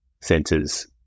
centres